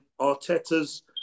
Arteta's